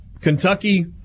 Kentucky